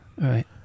Right